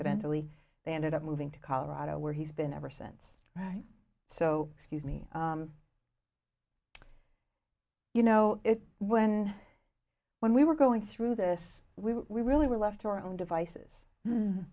suddenly they ended up moving to colorado where he's been ever since right so excuse me you know it when when we were going through this we really were left to our own devices